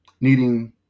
needing